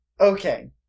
Okay